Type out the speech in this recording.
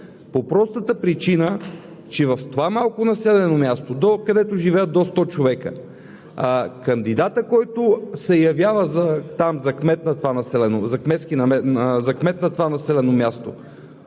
по простата причина, че в това малко населено място живеят до 100 човека. А кандидатът, който се явява за кмет на това населено място,